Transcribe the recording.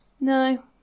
no